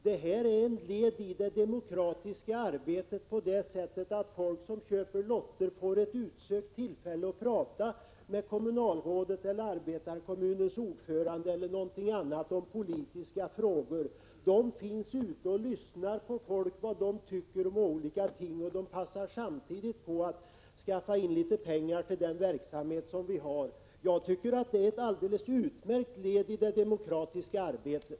Det är ett led i det demokratiska arbetet på det sättet, att folk som köper lotter får ett utsökt tillfälle att prata med kommunalrådet, arbetarkommunens ordförande eller vem det nu är om politiska frågor. De finns ute och lyssnar på vad folk tycker om olika ting och passar samtidigt på att skaffa in litet pengar till den verksamhet vi har. Jag tycker att det är ett utmärkt led i det demokratiska arbetet.